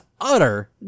utter